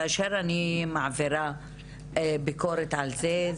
כאשר אני מעבירה ביקורת על זה,